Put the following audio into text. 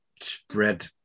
spread